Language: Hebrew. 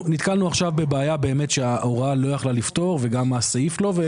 נתקלנו עכשיו בבעיה שבאמת ההוראה לא יכלה לפתור וגם הסעיף לא.